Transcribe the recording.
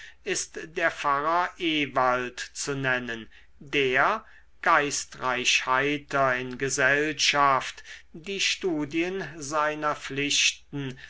ist der pfarrer ewald zu nennen der geistreich heiter in gesellschaft die studien seiner pflichten